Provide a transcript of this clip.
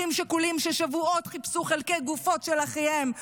אחים שכולים ששבועות חיפשו חלקי גופות של אחיהם,